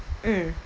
mm